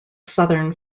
southern